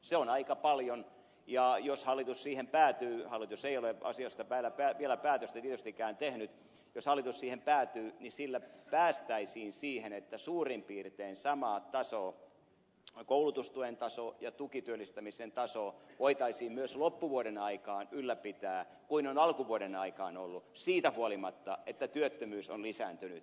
se on aika paljon ja jos hallitus siihen päätyy hallitus ei ole asiasta vielä päätöstä tietystikään tehnyt jos hallitus siihen päätyy niin sillä päästäisiin siihen että suurin piirtein sama taso koulutustuen taso ja tukityöllistämisen taso voitaisiin myös loppuvuoden aikaan ylläpitää kuin on alkuvuoden aikaan ollut siitä huolimatta että työttömyys on lisääntynyt